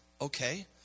Okay